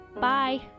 Bye